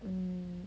mm